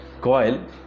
coil